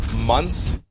months